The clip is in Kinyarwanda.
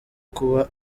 kuba